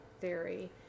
theory